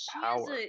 power